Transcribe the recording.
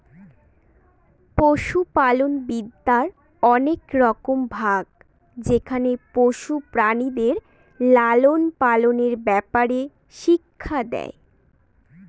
পশুপালনবিদ্যার অনেক রকম ভাগ যেখানে পশু প্রাণীদের লালন পালনের ব্যাপারে শিক্ষা দেয়